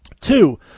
Two